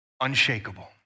unshakable